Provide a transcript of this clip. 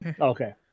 Okay